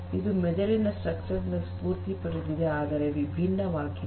ಇದು ಮೆದುಳಿನ ಸ್ಟ್ರಕ್ಚರ್ ನಿಂದ ಸ್ಫೂರ್ತಿ ಪಡೆದಿದೆ ಆದರೆ ಇದು ವಿಭಿನ್ನವಾಗಿದೆ